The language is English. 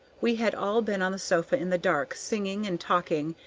we had all been on the sofa in the dark, singing and talking,